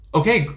okay